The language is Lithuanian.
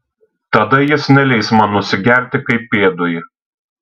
tada jis neleis man nusigerti kaip pėdui